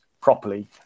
properly